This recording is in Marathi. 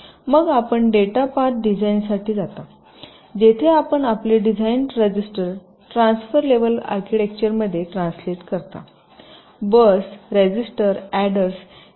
मग आपण डेटा पथ डिझाइनसाठी जाता जेथे आपण आपले डिझाइन रजिस्टर ट्रान्सफर लेव्हल आर्किटेक्चरमध्ये ट्रान्सलेट करता बस रजिस्टर अॅडर्स इ